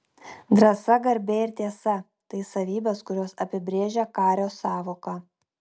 drąsa garbė ir tiesa tai savybės kurios apibrėžią kario sąvoką